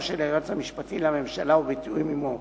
של היועץ המשפטי לממשלה ובתיאום עמו.